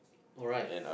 alright